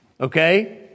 Okay